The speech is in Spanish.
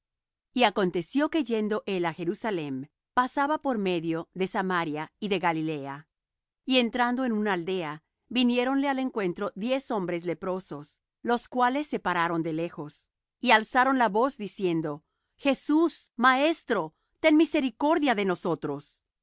y aconteció que yendo él á jerusalem pasaba por medio de samaria y de galilea y entrando en una aldea viniéronle al encuentro diez hombres leprosos los cuales se pararon de lejos y alzaron la voz diciendo jesús maestro ten misericordia de nosotros